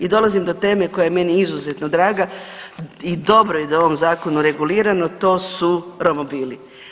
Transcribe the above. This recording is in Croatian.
I dolazim do teme koja je meni izuzetno draga i dobro je da je u ovom zakonu regulirano to su romobili.